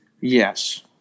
Yes